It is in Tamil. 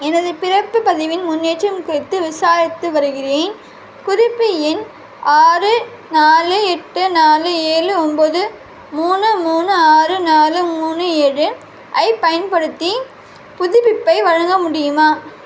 எனது பிறப்பு பதிவின் முன்னேற்றம் குறித்து விசாரித்து வருகிறேன் குறிப்பு எண் ஆறு நாலு எட்டு நாலு ஏழு ஒன்பது மூணு மூணு ஆறு நாலு மூணு ஏழு ஐப் பயன்படுத்தி புதுப்பிப்பை வழங்க முடியுமா